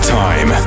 time